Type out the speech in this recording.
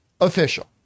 official